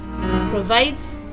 Provides